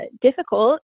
difficult